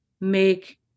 make